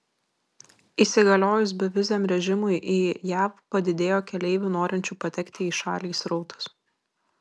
įsigaliojus beviziam režimui į jav padidėjo keleivių norinčių patekti į šalį srautas